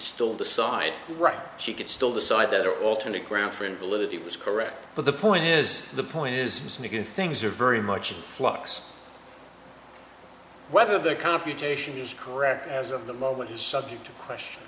still decide right she could still decide that or alternate ground for invalidity was correct but the point is the point is making things are very much in flux whether the computation is correct as of the moment is subject to question